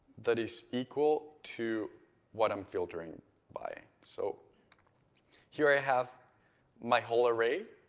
that is equal to what i'm filtering by. so here i have my whole array.